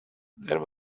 there